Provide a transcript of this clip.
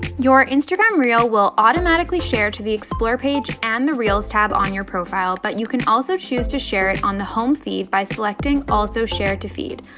your instagram reel will automatically share to the explore page and the reels tab on your profile, but you can also choose to share it on the home feed by selecting also share to feed.